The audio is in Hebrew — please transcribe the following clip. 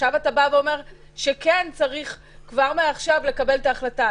עכשיו אתה אומר שצריך כבר מעכשיו לקבל את ההחלטה.